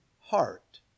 heart